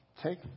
Take